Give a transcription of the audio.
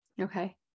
okay